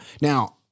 Now